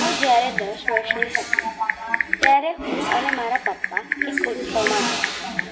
હું જ્યારે દસ વર્ષની હતી ત્યારે હું અને મારા પપ્પા એક ઉત્સવમાં ગયા હતા